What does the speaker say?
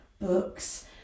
books